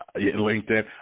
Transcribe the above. LinkedIn